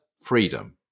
Freedom